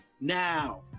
now